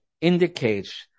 indicates